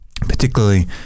particularly